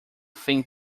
thing